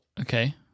Okay